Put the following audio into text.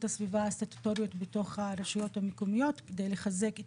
הסביבה הסטטוטוריות בתוך הרשויות המקומיות כדי לחזק את